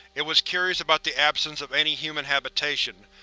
it was curious about the absence of any human habitation.